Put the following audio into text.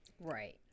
Right